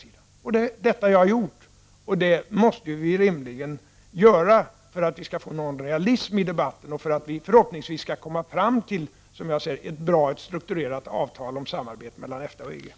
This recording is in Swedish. Det är detta som jag har gjort, och det måste vi rimligen göra för att vi skall få någon realism i debatten och för att vi, förhoppningsvis, skall komma fram till — som jag säger — ett bra, ett strukturerat, avtal om samarbete mellan EFTA och EG.